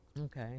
okay